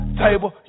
table